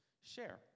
share